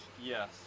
Yes